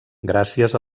gràcies